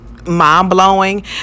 mind-blowing